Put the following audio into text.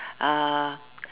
ah